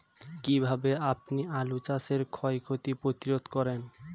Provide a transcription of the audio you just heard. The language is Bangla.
কীভাবে আপনি আলু চাষের ক্ষয় ক্ষতি প্রতিরোধ করেন?